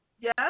Yes